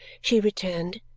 she returned.